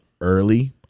early